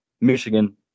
Michigan